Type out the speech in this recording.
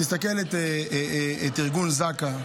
תסתכל על ארגון זק"א,